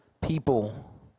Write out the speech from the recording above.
people